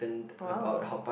!wow!